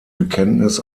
bekenntnis